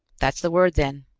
that's the word then.